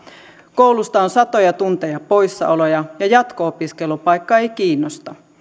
koulusta on satoja tunteja poissaoloja ja jatko opiskelupaikka ei kiinnosta